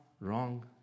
wrong